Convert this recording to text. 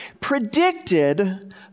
predicted